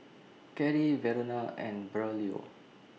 Karrie Verona and Braulio